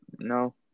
No